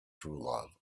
truelove